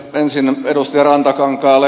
ensin edustaja rantakankaalle